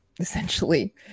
Essentially